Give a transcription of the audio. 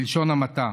בלשון המעטה.